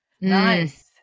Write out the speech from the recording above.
Nice